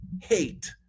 hate